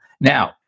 Now